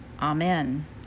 Amen